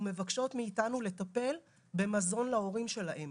והם מבקשים מאיתנו לטפל במזון להורים שלהם,